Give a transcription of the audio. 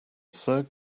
third